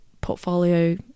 portfolio